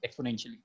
exponentially